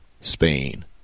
Spain